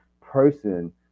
person